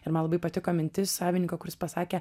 ir man labai patiko mintis savininko kuris pasakė